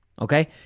okay